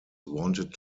wanted